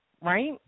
right